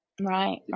right